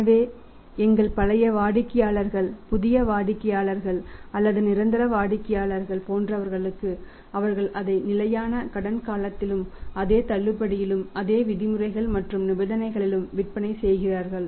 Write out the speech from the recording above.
எனவே எங்கள் பழைய வாடிக்கையாளர்கள் புதிய வாடிக்கையாளர்கள் அல்லது நிரந்தர வாடிக்கையாளர் போன்றவர்களுக்கு அவர்கள் அதை நிலையான கடன் காலத்திலும் அதே தள்ளுபடியிலும் அதே விதிமுறைகள் மற்றும் நிபந்தனைகளிலும் விற்பனை செய்கிறார்கள்